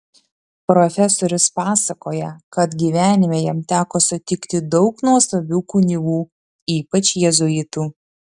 profesorius pasakoja kad gyvenime jam teko sutikti daug nuostabių kunigų ypač jėzuitų